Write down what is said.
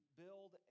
build